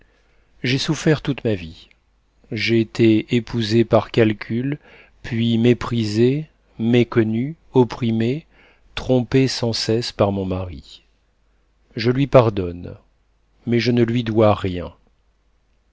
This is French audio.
j'ai souffert toute ma vie j'ai été épousée par calcul puis méprisée méconnue opprimée trompée sans cesse par mon mari je lui pardonne mais je ne lui dois rien